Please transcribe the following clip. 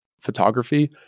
photography